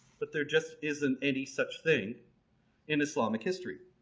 but there just isn't any such thing in islamic history.